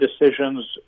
decisions